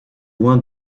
loin